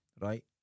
right